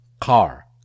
Car